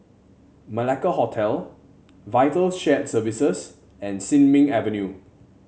Malacca Hotel Vital Shared Services and Sin Ming Avenue